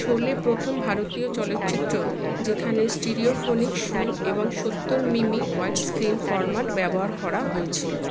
শোলে প্রথম ভারতীয় চলচ্চিত্র যেখানে স্টিরিওফোনিক সুর এবং সত্তর M M wide screen format ব্যবহার করা হয়েছিলো